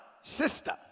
sister